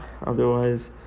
otherwise